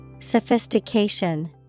Sophistication